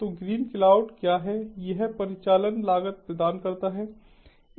तो ग्रीनक्लाउड क्या है यह परिचालन लागत प्रदान करता है